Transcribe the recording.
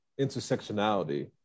intersectionality